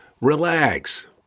relax